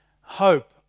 Hope